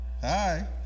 Hi